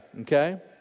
okay